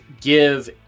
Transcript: give